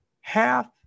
half